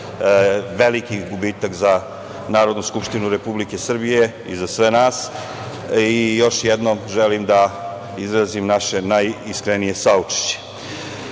veliki gubitak za Narodnu skupštinu Republike Srbije i za sve nas. Još jednom želim da izrazim naše najiskrenije saučešće. Što